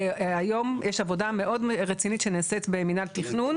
היום יש עבודה מאוד רצינית שנעשית במינהל תכנון.